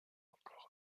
encore